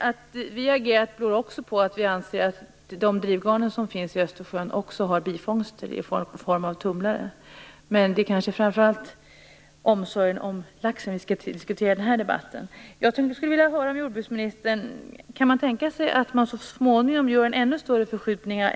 Att vi har agerat beror också på att vi anser att de drivgarner som finns i Östersjön ger bifångster i form av tumlare, men det är kanske framför allt omsorgen om laxen vi skall diskutera i denna debatt. Jag skulle vilja höra med jordbruksministern om man kan tänka sig att så småningom göra ännu större förskjutningar.